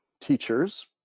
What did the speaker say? teachers